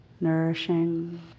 nourishing